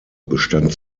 bestand